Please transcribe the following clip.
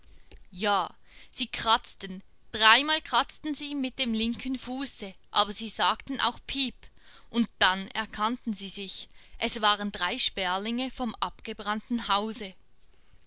ja sie kratzten dreimal kratzten sie mit dem linken fuße aber sie sagten auch piep und dann erkannten sie sich es waren drei sperlinge vom abgebrannten hause